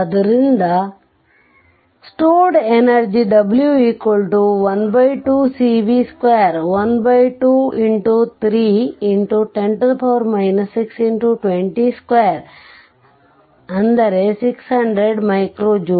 ಆದ್ದರಿಂದ stored energy w12cv212x3x10 6x202600J